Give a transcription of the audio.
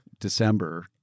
December